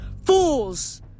Fools